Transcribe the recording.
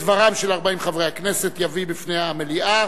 את דברם של 40 חברי הכנסת יביא בפני המליאה